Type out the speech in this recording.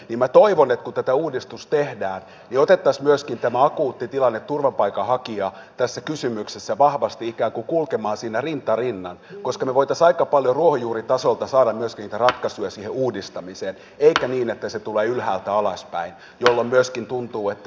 minä toivon että kun tämä uudistus tehdään niin otettaisiin myöskin tämä akuutti tilanne turvapaikanhakijat tässä kysymyksessä vahvasti ikään kuin kulkemaan siinä rinta rinnan koska me voisimme aika paljon ruohonjuuritasolta saada myöskin niitä ratkaisuja siihen uudistamiseen eikä niin että se tulee ylhäältä alaspäin jolloin myöskin tuntuu että ikään kuin